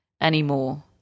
anymore